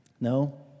No